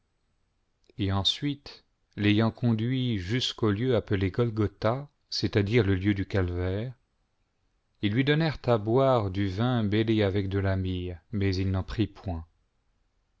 et ensuite l'ayant conduit jusqu'au lieu appelé golgotha c'est-à-dire le lieu du calvaire ils lui donnèrent à boire du vin mêlé avec de la myrrhe mais il n'en prit point